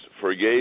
forgave